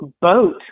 boat